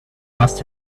must